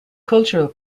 cultural